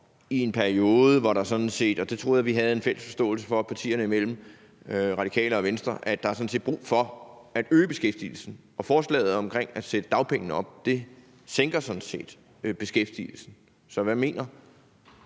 i en periode, hvor der sådan set er brug for – det troede jeg vi havde en fælles forståelse for partierne imellem, Radikale og Venstre – at øge beskæftigelsen. Og forslaget om at sætte dagpengene op sænker sådan set beskæftigelsen. Så hvad mener